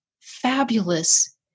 fabulous